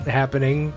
happening